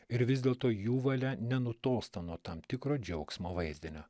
ir vis dėlto jų valia nenutolsta nuo tam tikro džiaugsmo vaizdinio